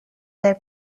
their